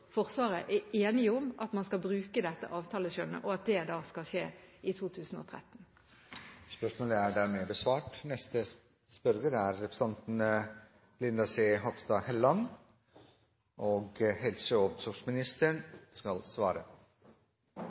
Forsvaret er enige om at man skal bruke dette avtaleskjønnet, og at det da skal skje i 2013. «Det er